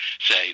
say